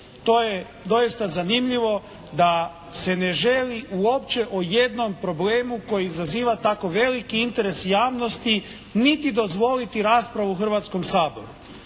To je doista zanimljivo da se ne želi uopće o jednom problemu koji izaziva tako veliki interes javnosti niti dozvoliti raspravu u Hrvatskom saboru.